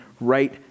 right